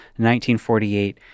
1948